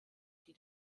die